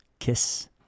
kiss